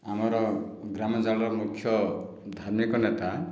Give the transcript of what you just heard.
ଆମର ଗ୍ରାମାଞ୍ଚଳର ମୁଖ୍ୟ ଧାର୍ମିକ ନେତା